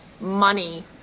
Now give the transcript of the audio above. money